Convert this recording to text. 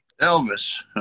Elvis